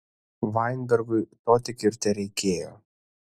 vainbergui to tik ir tereikėjo